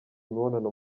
imibonano